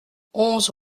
onze